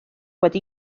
wedi